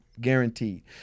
guaranteed